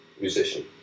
musician